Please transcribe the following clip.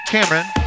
Cameron